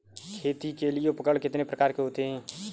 खेती के लिए उपकरण कितने प्रकार के होते हैं?